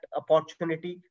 opportunity